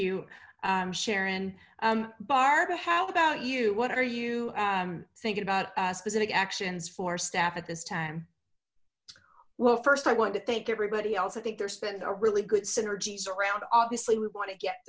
you sharon barb how about you what are you thinking about specific actions for staff at this time well first i want to thank everybody else i think there's been a really good synergies around obviously we want to get